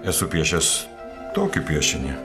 esu piešęs tokį piešinį